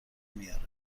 میاره